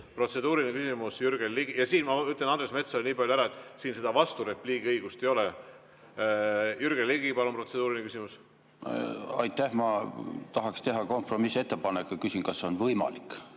Ja ma ütlen Andres Metsojale nii palju ära, et siin seda vasturepliigi õigust ei ole. Jürgen Ligi, palun, protseduuriline küsimus! Aitäh! Ma tahaksin teha kompromissettepaneku ja küsin, kas see on võimalik.